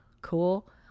Cool